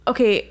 Okay